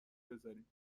بزاریم